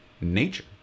nature